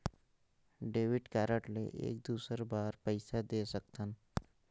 Debit card ले एक दुसर बार पइसा दे सकथन?